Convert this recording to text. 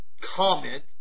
comment